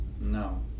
No